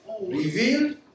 revealed